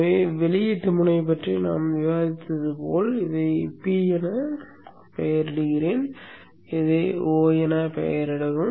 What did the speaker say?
எனவே வெளியீட்டு முனை பற்றி நாம் விவாதித்தது போல் இதை p என பெயரிடவும் இதை o என பெயரிடவும்